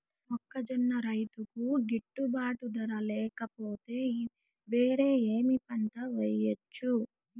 మొక్కజొన్న రైతుకు గిట్టుబాటు ధర లేక పోతే, వేరే ఏమి పంట వెయ్యొచ్చు?